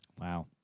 Wow